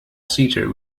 seater